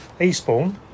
Eastbourne